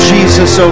Jesus